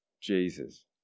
Jesus